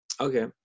okay